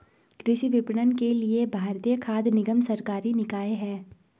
कृषि विपणन के लिए भारतीय खाद्य निगम सरकारी निकाय है